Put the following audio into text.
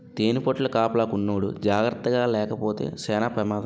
తేనిపట్టుల కాపలాకున్నోడు జాకర్తగాలేపోతే సేన పెమాదం